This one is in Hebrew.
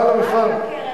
בעל המפעל,